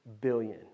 billion